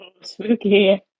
spooky